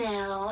Now